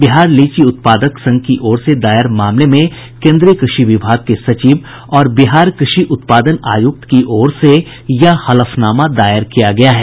बिहार लीची उत्पादक संघ की ओर से दायर मामले में केन्द्रीय कृषि विभाग के सचिव और बिहार कृषि उत्पादन आयुक्त की ओर से यह हलफनामा दायर किया गया है